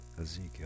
Ezekiel